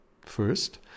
First